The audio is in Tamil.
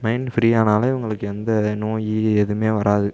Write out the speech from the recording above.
மைண்ட் ஃப்ரீ ஆனாலே இவங்களுக்கு எந்த நோய் எதுவுமே வராது